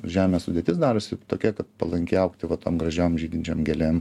žemė sudėtis darosi tokia palanki augti va tom gražiom žydinčiom gėlėm